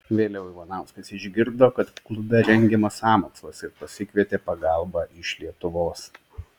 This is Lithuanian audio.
vėliau ivanauskas išgirdo kad klube rengiamas sąmokslas ir pasikvietė pagalbą iš lietuvos